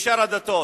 בשאר הדתות.